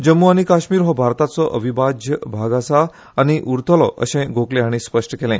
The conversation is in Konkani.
जम्मु आनी काश्मीर हो भारताचो अविभाज्य भाग आसा आनी उरतलो अशेय गोखले हाणी स्पष्ट केले